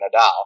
Nadal